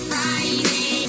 Friday